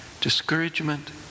discouragement